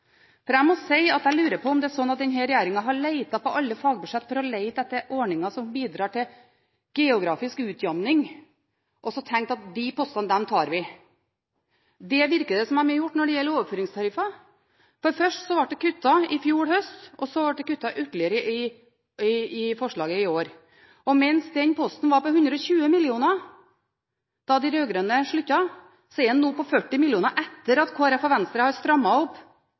Jeg må si at jeg lurer på om det er slik at denne regjeringen har lett på alle fagbudsjetter for å finne ordninger som bidrar til geografisk utjamning, og tenkt at disse postene tar vi. Det virker det som de har gjort når det gjelder overføringstariffer. Først ble det kuttet i fjor høst, og så ble det kuttet ytterligere i forslaget i år. Mens den posten var på 120 mill. kr da de rød-grønne gikk av, er den nå på 40 mill. kr, etter at Kristelig Folkeparti og Venstre har strammet opp